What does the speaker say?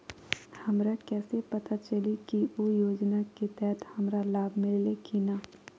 हमरा कैसे पता चली की उ योजना के तहत हमरा लाभ मिल्ले की न?